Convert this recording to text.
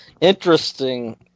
interesting